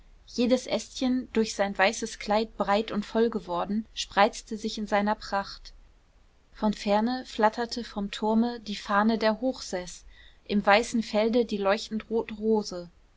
jedes ästchen durch sein weißes kleid breit und voll geworden spreizte sich in seiner pracht von ferne flatterte vom turme die fahne der hochseß im weißen felde die leuchtend rote rose